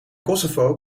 kosovo